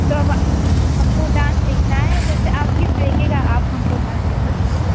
तो अब हमको डांस सीखना है जैसे आप किस तरीके का आप हमको डांस सिखाती हैं